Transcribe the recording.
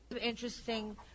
interesting